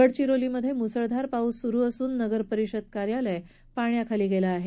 गडचिरोलीमधे मुसळधार पाऊस सूरू असून नगरपरिषद कार्यालय पाण्याखाली गेलं आहे